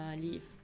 leave